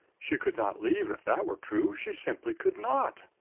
she could not leave if that were true she simply could not.